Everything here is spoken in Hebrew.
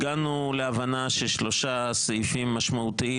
הגענו להבנה ששלושה סעיפים משמעותיים